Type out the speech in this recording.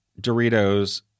Doritos